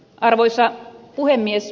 arvoisa puhemies